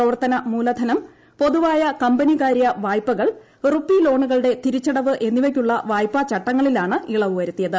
പ്രവർത്തന മൂല്ധനം പൊതുവായ കമ്പനികാര്യ വായ്പകൾ റുപ്പീ ലോണുകളുടെ തിരിച്ചടവ് എന്നിവയ്ക്കുള്ള വായ്പാ ചട്ടങ്ങളിലാണ് ഇളവ് വരുത്തിയത്